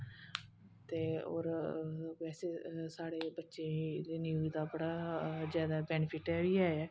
ते और बैसे साढ़े बच्चे गी न्यूज दा बड़ा ज्यादा बेनीफिट बी ऐ